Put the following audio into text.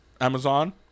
Amazon